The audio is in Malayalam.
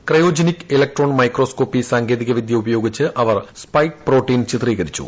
ക്രയോജനിക് ഇലക്ട്രോൺ മൈക്രോസ് കോപ്പി സാങ്കേതികവിദ്യ ഉപയോഗിച്ച് അവർ സ്പൈക്ക് പ്രോട്ടീൻ ചിത്രീകരിച്ചു